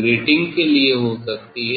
grating के लिए हो सकती है